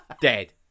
Dead